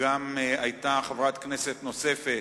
היתה חברת כנסת נוספת,